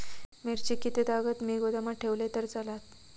मिरची कीततागत मी गोदामात ठेवलंय तर चालात?